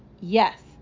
Yes